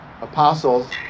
apostles